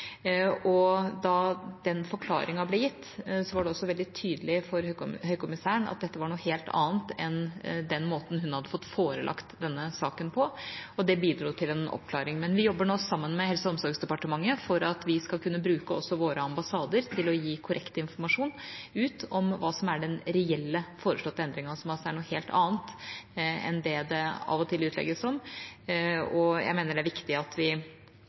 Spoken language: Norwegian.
Da den forklaringen ble gitt, var det veldig tydelig for Høykommissæren at dette var noe helt annet enn det hun hadde blitt forelagt i denne saken. Det bidro til en oppklaring. Men vi jobber nå sammen med Helse- og omsorgsdepartementet for at vi skal kunne bruke også våre ambassader til å gi korrekt informasjon ut om hva som er den reelle foreslåtte endringen, som er noe helt annet enn det den av og til utlegges som. Jeg mener det er viktig at vi